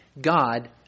God